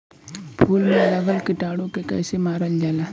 फूल में लगल कीटाणु के कैसे मारल जाला?